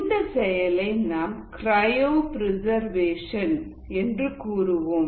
இந்த செயலை நாம் கிரையோபிரிசர்வேஷன் என்று கூறுவோம்